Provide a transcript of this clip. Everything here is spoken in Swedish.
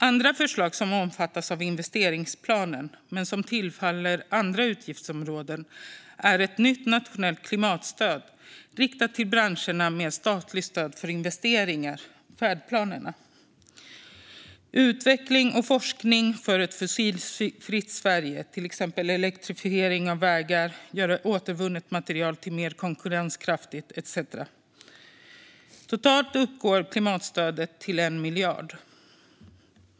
Andra förslag som omfattas av investeringsplanen, men som tillfaller andra utgiftsområden, är ett nytt nationellt klimatstöd riktat till branscherna med statligt stöd för investeringar samt utveckling och forskning för ett fossilfritt Sverige, till exempel elektrifiering av vägar och att göra återvunnet material mer konkurrenskraftigt. Totalt uppgår klimatstödet till 1 miljard.